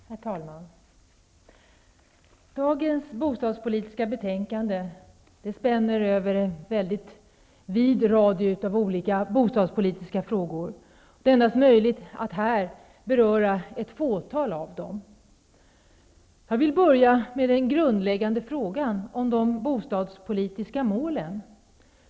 Herr talman! Dagens bostadspolitiska betänkande spänner över en stor mängd olika bostadspolitiska frågor. Här är det möjligt att beröra bara ett fåtal av dem. Jag vill börja med den grundläggande frågan om de bostadspolitiska målen.